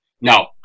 No